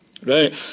Right